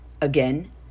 Again